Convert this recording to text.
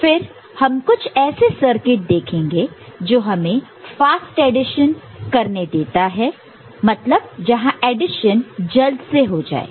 फिर हम कुछ ऐसे सर्किट देखेंगे जो हमें फास्ट एडिशन करने देता हो मतलब जहां एडिशन जल्द से हो जाए